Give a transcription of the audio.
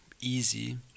easy